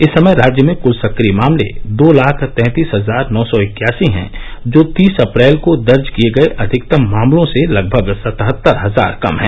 इस समय राज्य में कुल सक्रिय मामले दो लाख तैंतीस हजार नौ सौ इक्यासी हैं जो तीस अप्रैल को दर्ज किये गये अधिकतम मामलों से लगभग सतहत्तर हजार कम हैं